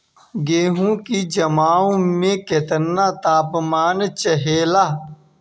गेहू की जमाव में केतना तापमान चाहेला?